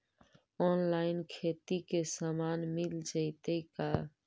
Online खेती के सामान मिल जैतै का?